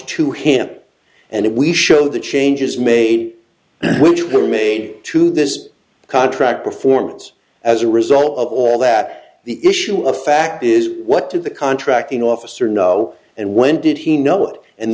to him and we show the changes made which were made to this contract performance as a result of all that the issue of fact is what did the contracting officer know and when did he know